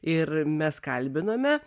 ir mes kalbiname